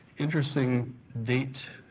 interesting date,